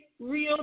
real